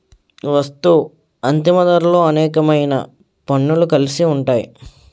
వస్తూ అంతిమ ధరలో అనేకమైన పన్నులు కలిసి ఉంటాయి